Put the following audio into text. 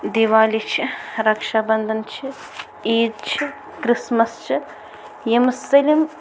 دِوالی چھِ رکشابنٛدن چھِ عیٖد چھِ کِرسمس چھِ یِم سٲلِم